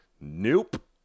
Nope